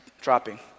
dropping